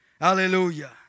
Hallelujah